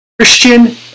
Christian